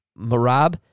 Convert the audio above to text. Marab